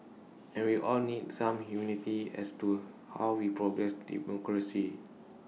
and we all need some humility as to how we progress democracy